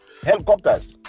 helicopters